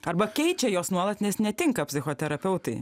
arba keičia jos nuolat nes netinka psichoterapeutai